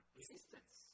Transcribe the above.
resistance